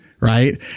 Right